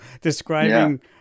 describing